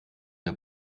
der